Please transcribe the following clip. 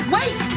Wait